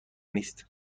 نیست